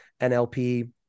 NLP